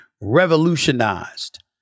revolutionized